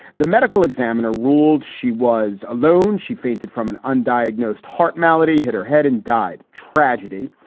the medical examiner ruled she was alone. she fainted from an undiagnosed heart malady, hit her head and died. tragedy.